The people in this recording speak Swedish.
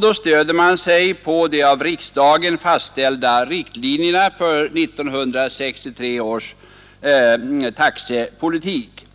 Då stöder man sig på de av riksdagen 1963 fastställda riktlinjerna för taxepolitiken.